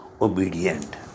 obedient